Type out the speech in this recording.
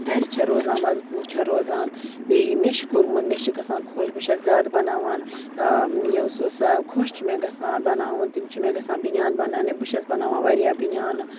دَرِ چھےٚ روزان مضبوٗط چھےٚ روزان بیٚیہِ یہِ مےٚ چھُ کوٚرمُت مےٚ چھِ گژھان خۄش بہٕ چھَس زیادٕ بَناوان یِم سُہ سَہ خۄش چھُ مےٚ گَژھان بَناوُن تِم چھِ مےٚ گَژھان بٔنیان بَناونہِ بہٕ چھَس بَناوان وارِیاہ بٔنیانہٕ